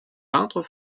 peintre